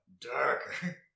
Darker